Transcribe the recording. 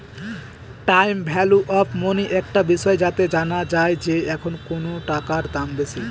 time value of money একটা বিষয় যাতে জানা যায় যে এখন কোনো টাকার দাম বেশি